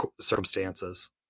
circumstances